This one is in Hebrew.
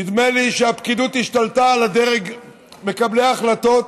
נדמה לי שהפקידות השתלטה על דרג מקבלי ההחלטות,